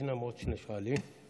יש עוד שני שואלים.